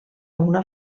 una